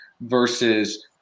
versus